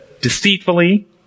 deceitfully